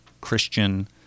Christian